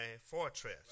fortress